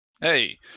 Hey